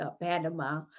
Panama